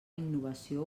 innovació